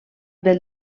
del